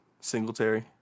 Singletary